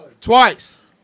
twice